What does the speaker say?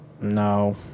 no